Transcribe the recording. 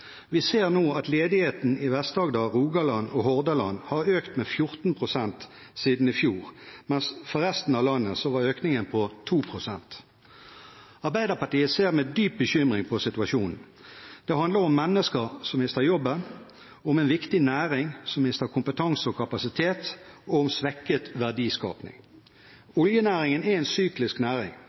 Vi ser nå at ledigheten i Vest-Agder, Rogaland og Hordaland har økt med 14 pst. siden i fjor, mens økningen for resten av landet var på 2 pst. Arbeiderpartiet ser med dyp bekymring på situasjonen. Det handler om mennesker som mister jobben, en viktig næring som mister kompetanse og kapasitet, og svekket verdiskaping. Oljenæringen er en syklisk næring,